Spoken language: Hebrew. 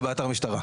ובאתר המשטר.